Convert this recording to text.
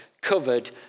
covered